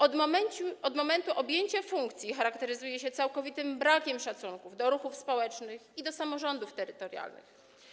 Od momentu objęcia funkcji charakteryzuje się całkowitym brakiem szacunku do ruchów społecznych i samorządów terytorialnych.